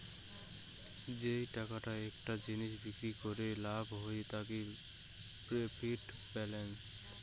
যেই টাকাটা একটা জিনিস বিক্রি কইরে লাভ হই তাকি প্রফিট বলাঙ্গ